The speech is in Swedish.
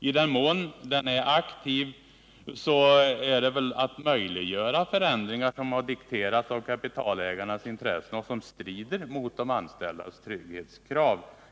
I den mån den varit aktiv har det gällt att möjliggöra förändringar som har dikterats av kapitalägarintressen och som stridit mot de anställdas trygghetskrav.